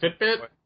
Fitbit